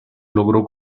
logró